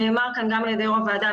נאמר כאן גם על ידי יו"ר הוועדה,